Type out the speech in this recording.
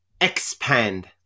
expand